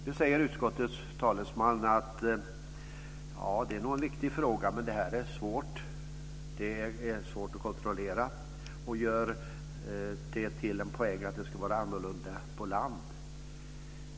Nu säger utskottets talesman att det här nog är en viktig fråga men att det är svårt att kontrollera detta och gör det till en poäng att det skulle vara annorlunda på land.